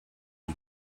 die